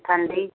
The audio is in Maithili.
ठण्डी